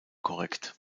korrekt